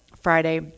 Friday